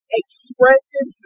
expresses